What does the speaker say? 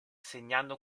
segnando